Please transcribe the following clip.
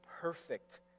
perfect